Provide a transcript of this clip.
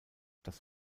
das